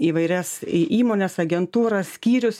įvairias į įmones agentūras skyrius